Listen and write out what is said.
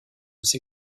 ces